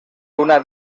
una